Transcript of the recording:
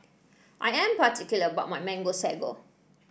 I am particular about my Mango Sago